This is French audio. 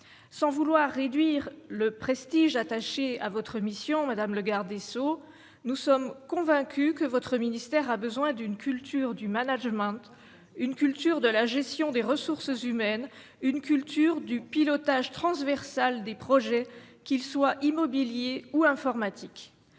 sans vouloir réduire le prestige attaché à votre mission Madame le Garde des Sceaux, nous sommes convaincus que votre ministère a besoin d'une culture du management, une culture de la gestion des ressources humaines, une culture du pilotage transversale des projets qu'ils soient immobilier ou informatique